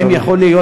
האם יכול להיות,